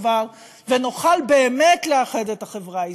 כבר ונוכל באמת לאחד את החברה הישראלית.